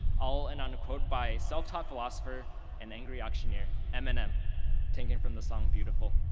i'll and and quote by a self-taught philosopher and angry auctioneer eminem taken from the song beautiful.